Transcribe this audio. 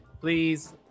Please